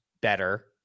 better